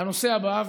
הנושא הבא,